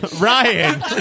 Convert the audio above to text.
Ryan